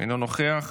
אינו נוכח,